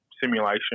simulation